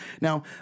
Now